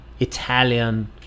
Italian